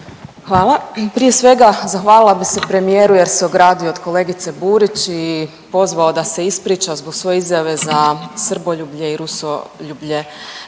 Hvala. Prije svega zahvalila bih se premijeru jer se ogradio od kolegice Burić i pozvao da se ispriča zbog svoje izjave za srboljublje i rusoljublje